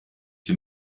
sie